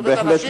בהחלט מעניין.